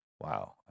Wow